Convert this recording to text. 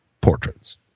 portraits